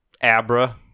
Abra